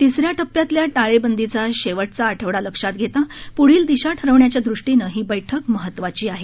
तिसऱ्या टप्प्यातल्या टाळेबंदीचा शेवटचा आठवडा लक्षात घेता पुढील दिशा ठरवण्याच्या दृष्टीनं ही बैठक महत्वाची आहे